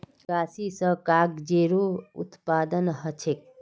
बगासी स कागजेरो उत्पादन ह छेक